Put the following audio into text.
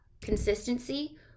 Consistency